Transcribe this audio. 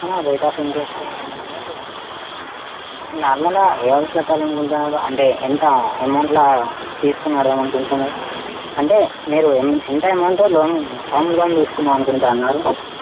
rate of interest మీకు నార్మల్గా ఏ హౌస్ కట్టాలనుకుంటాన్నారు అంటే ఎంత అమౌంట్లా తీసుకుని కడదాం అనుకుంటాన్నారు అంటే మీరు ఎంత ఎమౌంట్ లోన్ హోమ్ లోన్ తీసుకుందాం అనుకుంటాన్నారు